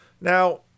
Now